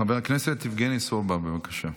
חבר הכנסת יבגני סובה, בבקשה.